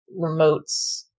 remotes